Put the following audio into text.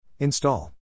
Install